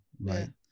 right